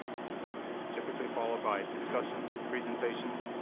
typically followed by discussion, presentations,